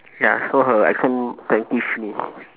ya so her exam technically finished